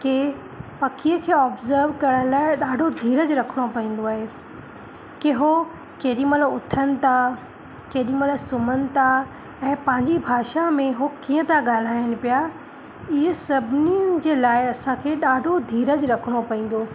की पखीअ खे ऑब्ज़र्व करण लाइ ॾाढो धीरज रखिणो पवंदो आहे की उहे केॾी महिल उथनि था केॾी महिल सुम्हनि था ऐं पंहिंजी भाषा में उहे कीअं था ॻाल्हाइनि पिया इहा सभिनीनि जे लाइ असांखे ॾाढो धीरज रखिणो पवंदो